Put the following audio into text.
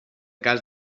cas